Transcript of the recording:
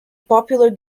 popular